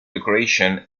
decoration